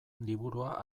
liburua